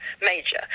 major